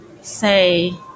say